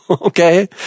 Okay